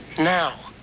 now.